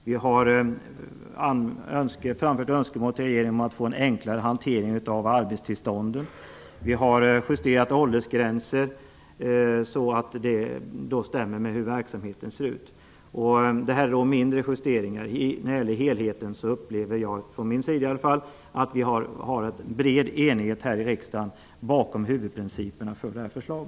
Vi har framfört önskemål till regeringen om att få till stånd en enklare hantering av arbetstillstånden. Vi har justerat åldersgränser så att de stämmer med hur verksamheten ser ut. Det är, som sagt, fråga om mindre justeringar. När det gäller helheten upplever jag det som att det finns en bred enighet här i riksdagen bakom huvudprinciperna för detta förslag.